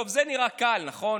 טוב, זה נראה קל, נכון?